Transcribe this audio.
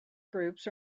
groups